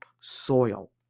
soil